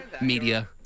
media